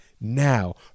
now